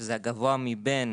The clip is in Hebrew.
שזה הגבוה מבין